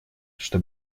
что